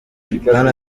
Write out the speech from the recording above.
bwana